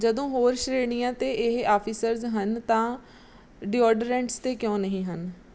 ਜਦੋਂ ਹੋਰ ਸ਼੍ਰੇਣੀਆਂ 'ਤੇ ਇਹ ਆਫੀਰਜ਼ ਹਨ ਤਾਂ ਡੀਓਡਰੈਂਟਸ 'ਤੇ ਕਿਉਂ ਨਹੀਂ ਹਨ